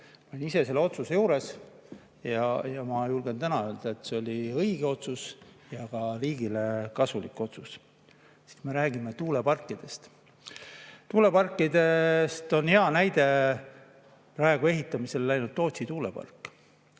Ma olin ise selle otsuse [tegemise] juures ning ma julgen täna öelda, et see oli õige otsus ja ka riigile kasulik otsus.Me räägime tuuleparkidest. Tuuleparkide kohta on hea näide praegu ehitamisele läinud Tootsi tuulepark.